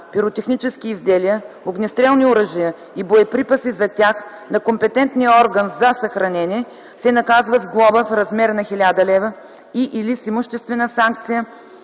пиротехнически изделия, огнестрелни оръжия и боеприпаси за тях на компетентния орган за съхранение, се наказва с глоба в размер на 1000 лв. и/или с имуществена санкция